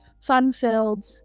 fun-filled